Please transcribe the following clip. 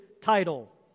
title